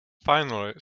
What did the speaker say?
finally